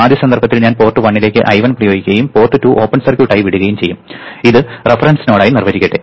ആദ്യ സന്ദർഭത്തിൽ ഞാൻ പോർട്ട് 1 ലേക്ക് I1 പ്രയോഗിക്കുകയും പോർട്ട് 2 ഓപ്പൺ സർക്യൂട്ടഡ് ആയി വിടുകയും ചെയ്യും ഇത് റഫറൻസ് നോഡായി നിർവചിക്കട്ടെ